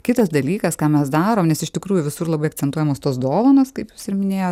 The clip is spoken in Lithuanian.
kitas dalykas ką mes darom nes iš tikrųjų visur labai akcentuojamos tos dovanos kaip jūs ir minėjot